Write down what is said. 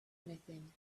anything